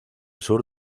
sur